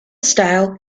style